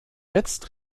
jetzt